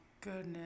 goodness